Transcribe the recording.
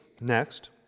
next